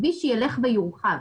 הכביש ילך ויורחב.